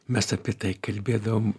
mes apie tai kalbėdavom